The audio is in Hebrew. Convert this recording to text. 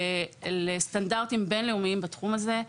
לסטנדרטים בין-לאומיים בתחום הזה.